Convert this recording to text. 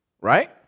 Right